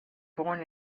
born